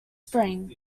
spring